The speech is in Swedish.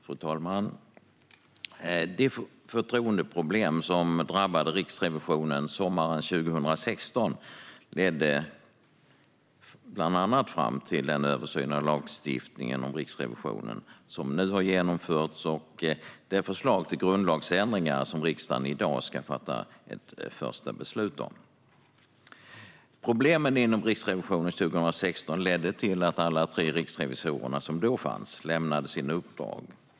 Fru talman! Det förtroendeproblem som drabbade Riksrevisionen sommaren 2016 ledde bland annat fram till den översyn av lagstiftningen om Riksrevisionen som nu har genomförts och det förslag till grundlagsändringar som riksdagen i dag ska fatta ett första beslut om. Problemen inom Riksrevisionen 2016 ledde till att alla tre riksrevisorerna som då fanns lämnade sina uppdrag.